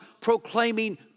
proclaiming